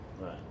Right